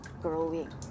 growing